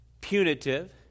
punitive